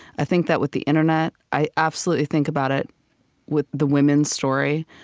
i think that with the internet, i absolutely think about it with the women's story,